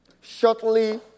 shortly